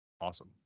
awesome